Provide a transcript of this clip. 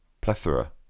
plethora